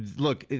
look,